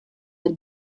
der